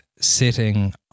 sitting